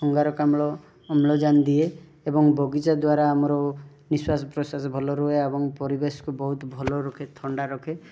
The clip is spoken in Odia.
ଅଙ୍ଗାରକାମ୍ଳ ଅମ୍ଳଜାନ୍ ଦିଏ ଏବଂ ବଗିଚା ଦ୍ୱାରା ଆମର ନିଶ୍ୱାସ ପ୍ରଶ୍ୱାସ ଭଲ ରୁହେ ଏବଂ ପରିବେଶକୁ ବହୁତ ଭଲ ରଖେ ଥଣ୍ଡା ରଖେ